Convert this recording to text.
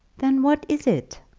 then what is it?